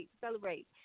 celebrate